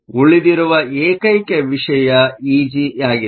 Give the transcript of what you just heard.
ಉಳಿದಿರುವ ಏಕೈಕ ವಿಷಯ ಇಜಿಯಾಗಿದೆ